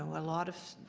a lot of